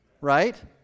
Right